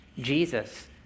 Jesus